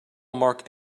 mark